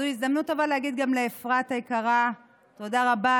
זו הזדמנות טובה להגיד גם לאפרת היקרה תודה רבה.